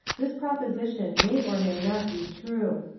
this proposition may or may not be true.